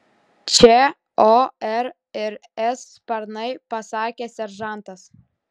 čia o r ir s sparnai pasakė seržantas